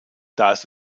das